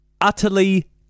utterly